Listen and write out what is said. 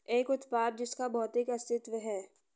एक उत्पाद जिसका भौतिक अस्तित्व है?